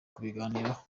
kubiganiraho